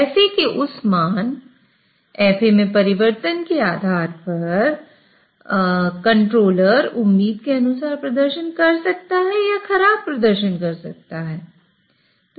FAके उस मान FAमें परिवर्तन के आधार पर कंट्रोलर उम्मीद के अनुसार प्रदर्शन कर सकता है या खराब प्रदर्शन कर सकता है